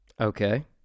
Okay